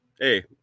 Hey